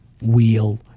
wheel